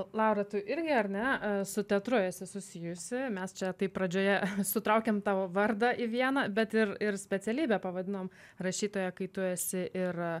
laura tu irgi ar ne su teatru esi susijusi mes čia taip pradžioje sutraukėm tavo vardą į vieną bet ir ir specialybę pavadinom rašytoja kai tu esi ir